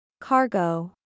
Cargo